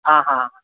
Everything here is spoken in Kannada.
ಹಾಂ ಹಾಂ